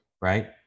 right